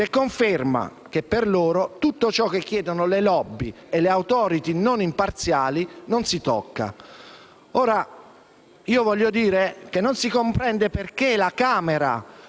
che conferma che per loro tutto ciò che chiedono le *lobby* e le autorità non imparziali non si tocca. Non si comprende perché la Camera